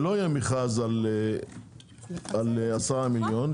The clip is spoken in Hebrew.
שלא יהיה מכרז על 10 מיליון.